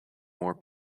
more